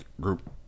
group